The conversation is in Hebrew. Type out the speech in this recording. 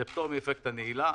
זה פטור מאפקט הנעילה,